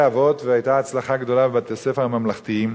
אבות והיתה הצלחה גדולה בבתי-הספר הממלכתיים,